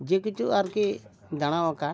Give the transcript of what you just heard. ᱡᱮ ᱠᱤᱪᱷᱩ ᱟᱨᱠᱤ ᱫᱟᱬᱟ ᱟᱠᱟᱫ